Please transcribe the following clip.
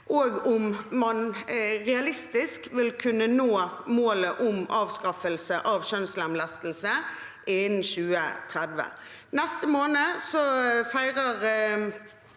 om det er realistisk å kunne nå målet om avskaffelse av kjønnslemlestelse innen 2030.